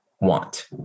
want